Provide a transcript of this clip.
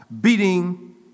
beating